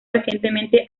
recientemente